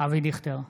אבי דיכטר,